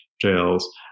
jails